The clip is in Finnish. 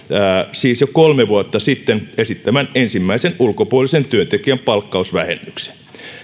siis jo kolme vuotta sitten esittämän ensimmäisen ulkopuolisen työntekijän palkkausvähennyksen